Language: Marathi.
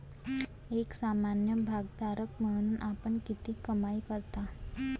एक सामान्य भागधारक म्हणून आपण किती कमाई करता?